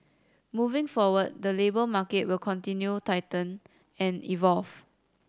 moving forward the labour market will continue tighten and evolve